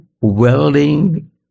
welding